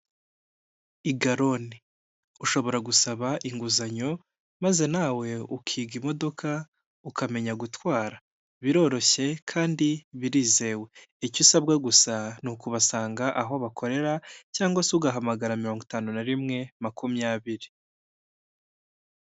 Igalone, ushobora gusaba inguzanyo maze nawe ukiga imodoka, ukamenya gutwara, biroroshye kandi birizewe, icyo usabwa gusa ni ukubasanga aho bakorera cyangwa se ugahamagara; mirongo itanu na rimwe makumyabiri.